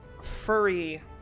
furry